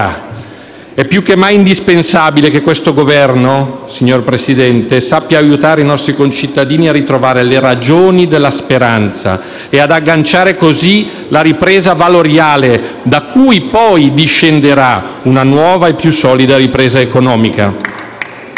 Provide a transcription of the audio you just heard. È più che mai indispensabile che questo Governo, signor Presidente, sappia aiutare i nostri concittadini a ritrovare le ragioni della speranza e ad agganciare così la ripresa valoriale da cui poi discenderà una nuova e più solida ripresa economica.